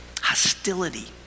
hostility